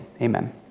Amen